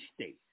state